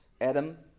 Adam